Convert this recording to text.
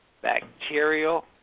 bacterial